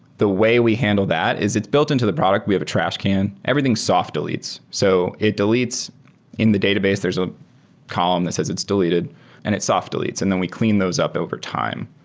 the way we handle that is it's built into the product. we have a trashcan. trashcan. everything soft deletes. so it deletes in the database. there's a column that says it's deleted and its soft deletes, and then we clean those up over time.